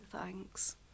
thanks